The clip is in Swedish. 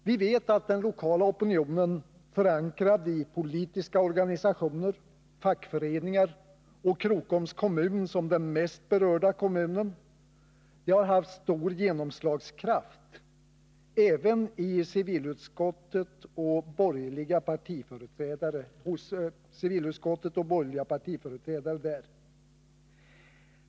Vi vet att den lokala opinionen, förankrad i politiska organisationer, fackföreningar och Krokoms kommun som den mest berörda kommunen, haft stor genomslagskraft även i civilutskottet och hos borgerliga partiföreträdare där.